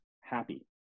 happy